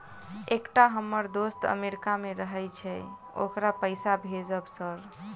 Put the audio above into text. एकटा हम्मर दोस्त अमेरिका मे रहैय छै ओकरा पैसा भेजब सर?